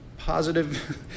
positive